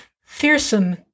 fearsome